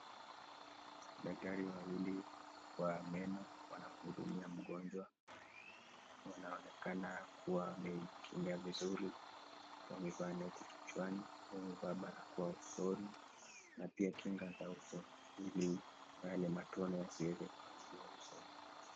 Daktari wa mwili wa meno wanahudumia mgonjwa. Wanaonekana kuwa wamejikinga vizuri. Wamevaa neti kichwani, wamevaa barakoa usoni na pia kinga za uso ili yale matone yasiweze ku